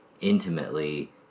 intimately